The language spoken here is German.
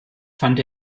fand